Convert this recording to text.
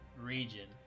region